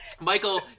Michael